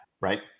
right